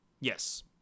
Yes